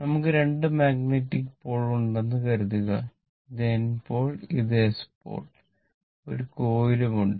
നമുക്ക് രണ്ട് magnetic pole ഉണ്ടെന്ന് കരുതുക ഇത് N പോൾ ഇത് എസ് പോൾ ഒരു കോയിലും ഉണ്ട്